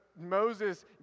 Moses